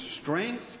strength